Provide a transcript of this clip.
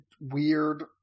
weird